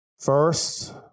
first